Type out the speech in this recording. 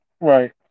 Right